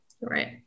right